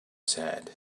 said